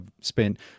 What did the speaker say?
spent